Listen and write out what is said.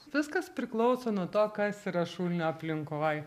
viskas priklauso nuo to kas yra šulinio aplinkoj